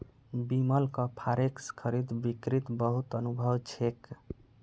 बिमलक फॉरेक्स खरीद बिक्रीत बहुत अनुभव छेक